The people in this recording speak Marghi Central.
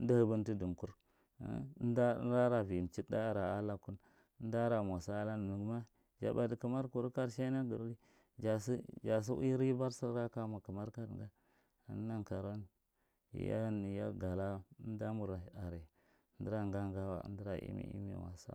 Amda din ta dunkur amda ra ui mchikaɗa are a lakun, amda ra mwa sa lan naga ma ja ɓadi kamar kuru karshe nan ja sa ui ribar saga ra kaja mwa kamar kan jan yayan ya gala amdamu are, amdara nga- nga wa, dunara imi- imi wa so,